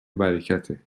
برکته